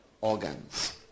organs